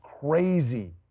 crazy